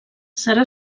serà